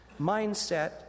mindset